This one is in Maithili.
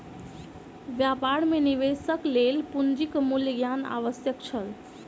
व्यापार मे निवेशक लेल पूंजीक मूल्य ज्ञान आवश्यक छल